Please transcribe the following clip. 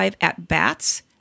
at-bats